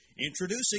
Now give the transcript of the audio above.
Introducing